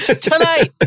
Tonight